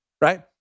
Right